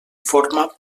forma